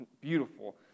beautiful